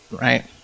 Right